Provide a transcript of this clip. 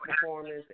performance